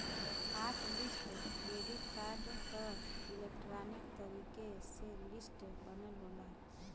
hot list debit card क electronic तरीके से लिस्ट बनल होला